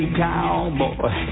cowboy